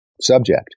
subject